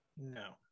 no